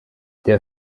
der